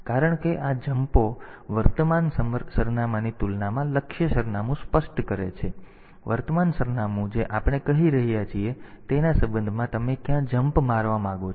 કારણ કે આ જમ્પઓ વર્તમાન સરનામાની તુલનામાં લક્ષ્ય સરનામું સ્પષ્ટ કરે છે વર્તમાન સરનામું જે આપણે કહી રહ્યા છીએ તેના સંબંધમાં તમે ક્યાં જમ્પ મારવા માંગો છો